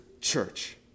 church